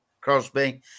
Crosby